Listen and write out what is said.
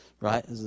right